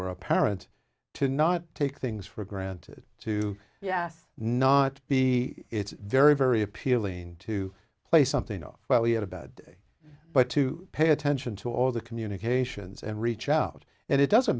were a parent to not take things for granted to yes not be it's very very appealing to play something off well he had a bad day but to pay attention to all the communications and reach out and it doesn't